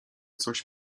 coś